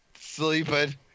Sleeping